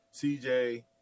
CJ